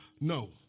no